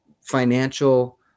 financial